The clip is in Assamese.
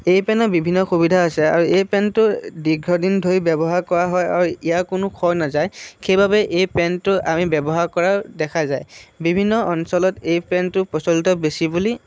এই পেণ্টৰ বিভিন্ন সুবিধা আছে আৰু এই পেণ্টটো দীৰ্ঘদিন ধৰি ব্যৱহাৰ কৰা হয় আৰু ইয়াৰ কোনো ক্ষয় নাযায় সেইবাবে এই পেণ্টটো আমি ব্যৱহাৰ কৰা দেখা যায় বিভিন্ন অঞ্চলত এই পেণ্টটো প্ৰচলিত বেছি বুলি